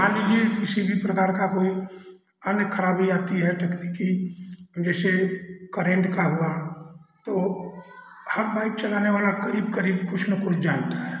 मान लीजिए किसी भी प्रकार का कोई अन्य खराबी आती है तकनीकी जैसे करेंट का हुआ तो हर बाइक चलाने वाला करीब करीब कुछ न कुछ जानता है